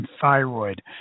thyroid